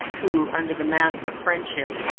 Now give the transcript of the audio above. who, under the mask of friendship,